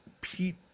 Pete